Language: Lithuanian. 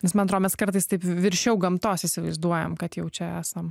nes man atrodo mes kartais taip viršiau gamtos įsivaizduojam kad jau čia esam